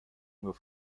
nur